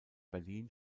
berlin